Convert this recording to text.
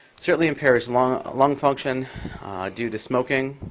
certainly impairs lung lung function due to smoking.